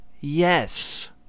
yes